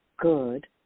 good